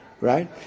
right